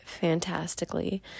fantastically